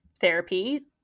therapy